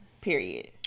Period